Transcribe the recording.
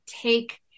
take